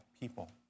people